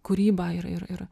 kūrybą ir ir ir